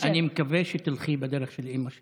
אני מקווה שתלכי בדרך של אימא שלך.